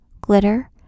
glitter